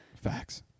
Facts